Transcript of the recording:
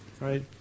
right